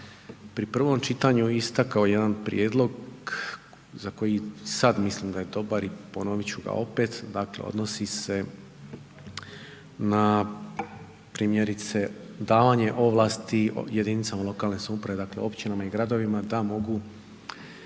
pri prvom čitanju istakao jedan prijedlog za koji sad mislim da je dobar i ponovit ću ga opet, dakle odnosi se na primjerice davanje ovlasti jedinicama lokalne samouprave, dakle općinama i gradovima da mogu